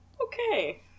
Okay